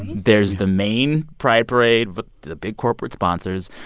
there's the main pride parade with the big corporate sponsors.